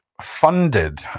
funded